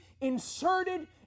inserted